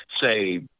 say